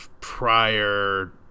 prior